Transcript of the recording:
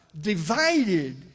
Divided